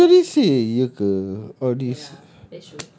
ya you already say iya ke all these